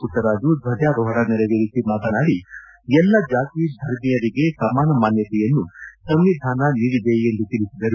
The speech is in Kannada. ಮಟ್ಟರಾಜು ಧ್ವಜಾರೋಹಣ ನೆರವೇರಿಸಿ ಮಾತನಾಡಿ ಎಲ್ಲಾ ಜಾತಿ ಧರ್ಮೀಯರಿಗೆ ಸಮಾನ ಮಾನ್ಯತೆಯನ್ನು ಸಂವಿಧಾನ ನೀಡಿದೆ ಎಂದು ತಿಳಿಸಿದರು